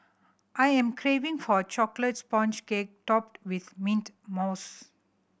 I am craving for a chocolate sponge cake topped with mint mousse